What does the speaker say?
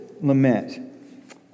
lament